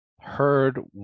heard